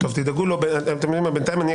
סיכוי שזה יעבור, בהתאם ללו"ז